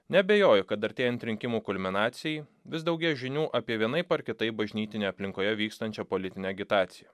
neabejoju kad artėjant rinkimų kulminacijai vis daugėja žinių apie vienaip ar kitaip bažnytinėje aplinkoje vykstančią politinę agitaciją